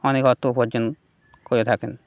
অনেক অর্থ উপার্জন করে থাকেন